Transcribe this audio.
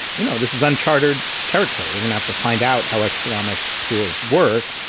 you know, this is unchartered territory. we're gonna have to find out how economic tools work.